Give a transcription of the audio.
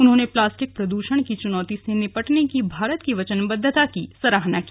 उन्होंने प्लास्टिक प्रदृषण की चुनौती से निपटने की भारत की वचनबद्धता की सराहना की